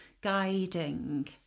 guiding